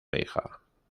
hija